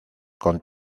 con